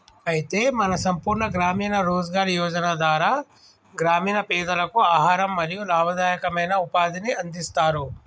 అయితే మన సంపూర్ణ గ్రామీణ రోజ్గార్ యోజన ధార గ్రామీణ పెదలకు ఆహారం మరియు లాభదాయకమైన ఉపాధిని అందిస్తారు